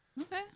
Okay